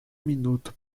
minuto